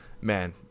man